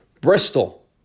Bristol